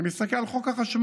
אני מסתכל על חוק החשמל.